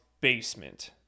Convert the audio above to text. basement